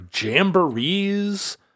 jamborees